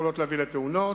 ויכולות להביא, לתאונות.